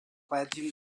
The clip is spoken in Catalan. règim